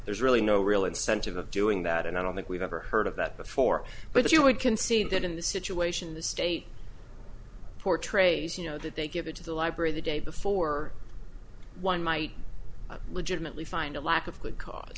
there's really no real incentive of doing that and i don't think we've ever heard of that before but you would concede that in the situation the state portrays you know that they give it to the library the day before one might legitimately find a lack of go